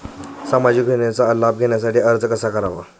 सामाजिक योजनांचा लाभ घेण्यासाठी अर्ज कसा करावा लागतो?